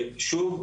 שוב,